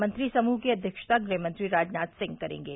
मंत्री समूह की अध्यक्षता गृहमंत्री राजनाथ सिंह करेंगे